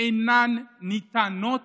אינן ניתנות